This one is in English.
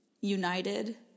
United